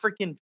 freaking